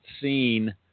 seen